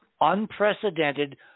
unprecedented